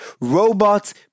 robots